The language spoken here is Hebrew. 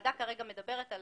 הוועדה מדברת כרגע על